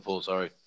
sorry